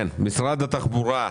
משרד התחבורה,